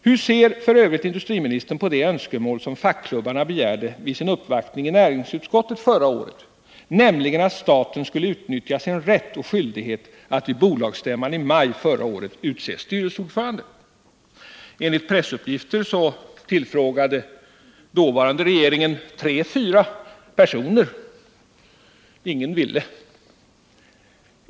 Hur ser f. ö. industriministern på det önskemål som fackklubbarna framförde vid sin uppvaktning i näringsutskottet förra året, nämligen att staten skulle utnyttja sin rätt och skyldighet att vid bolagsstämman i maj förra året utse styrelseordförande? Enligt pressuppgifter tillfrågade dåvarande regeringen tre fyra personer. Ingen ville.